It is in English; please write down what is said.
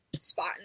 spot